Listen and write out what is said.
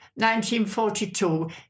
1942